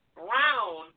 brown